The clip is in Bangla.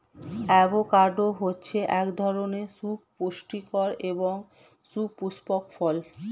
অ্যাভোকাডো হচ্ছে এক ধরনের সুপুস্টিকর এবং সুপুস্পক ফল